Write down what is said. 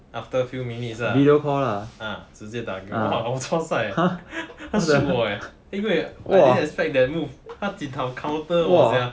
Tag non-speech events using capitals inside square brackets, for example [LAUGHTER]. after a few minutes video lah ah 直接打给我我 chua sai [LAUGHS] shocked eh 因为 I didn't expect that move 她 ji tao counter 我 sia